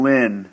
Lynn